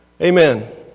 Amen